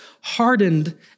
hardened